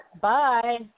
Bye